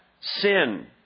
sin